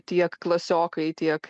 tiek klasiokai tiek